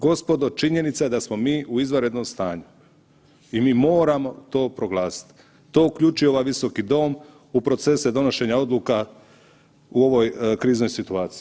Gospodo činjenica je da smo mi u izvanrednom stanju i mi moramo to proglasiti, to uključuje ovaj Visoki dom u procese donošenja odluka u ovoj kriznoj situaciji.